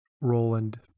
Roland